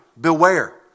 Beware